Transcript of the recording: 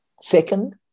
Second